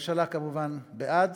הממשלה כמובן בעד,